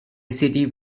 city